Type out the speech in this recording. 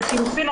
לחילופין,